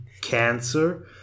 cancer